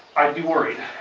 i'd be worried